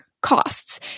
costs